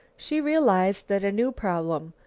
she realized that a new problem,